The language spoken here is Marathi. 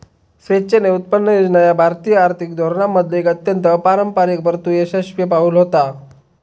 स्वेच्छेने उत्पन्न योजना ह्या भारतीय आर्थिक धोरणांमधलो एक अत्यंत अपारंपरिक परंतु यशस्वी पाऊल होता